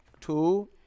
Two